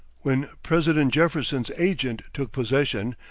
when president jefferson's agent took possession,